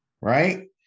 right